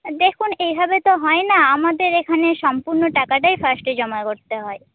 দেখুন এইভাবে তো হয় না আমাদের এখানে সম্পূর্ণ টাকাটাই ফার্স্টে জমা করতে হয়